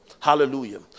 Hallelujah